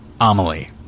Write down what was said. Amelie